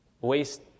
waste